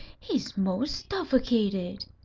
he's most stuffocated!